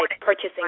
purchasing